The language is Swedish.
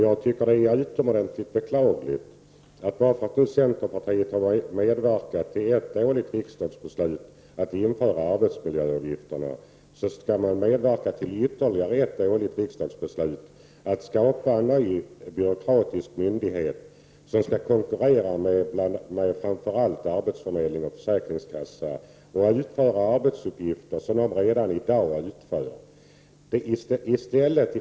Jag tycker att det är utomordentligt beklagligt att centerpartiet, bara för att man har medverkat till ett dåligt riksdagsbeslut, nämligen att införa arbetsmiljöavgifterna, sedan skall medverka till ytterligare ett dåligt riksdagsbeslut, att skapa en ny byråkratisk myndighet, en myndighet som skall konkurrera med framför allt arbetsförmedling och försäkringskassa och utföra arbetsuppgifter som dessa redan utför.